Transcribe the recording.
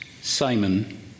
Simon